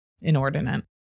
inordinate